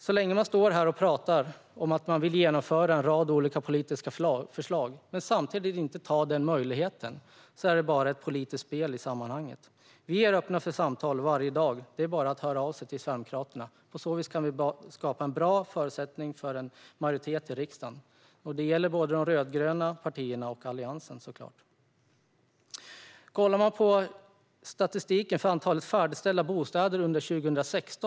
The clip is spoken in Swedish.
Så länge man står här och pratar om att man vill genomföra en rad olika politiska förslag men samtidigt inte tar den möjligheten är det bara ett politiskt spel i sammanhanget. Vi är öppna för samtal varje dag. Det är bara att höra av sig till Sverigedemokraterna. På så vis kan vi skapa en bra förutsättning för en majoritet i riksdagen. Det gäller både de rödgröna partierna och Alliansen, såklart. Man kan kolla på statistiken över antalet färdigställda bostäder under 2016.